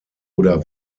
oder